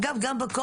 אגב גם בקורקינט.